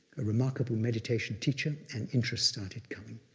a remarkable meditation teacher, and interest started coming.